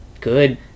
good